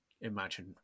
imagine